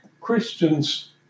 Christians